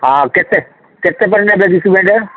ହଁ କେତେ କେତେ କହିଲ ଦେବି ସିମେଣ୍ଟ